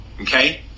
Okay